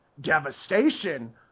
devastation